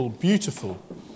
beautiful